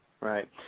Right